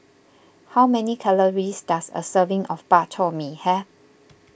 how many calories does a serving of Bak Chor Mee have